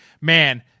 man